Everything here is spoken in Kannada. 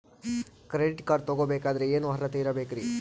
ಕ್ರೆಡಿಟ್ ಕಾರ್ಡ್ ತೊಗೋ ಬೇಕಾದರೆ ಏನು ಅರ್ಹತೆ ಇರಬೇಕ್ರಿ?